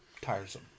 tiresome